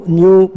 new